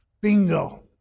Bingo